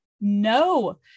No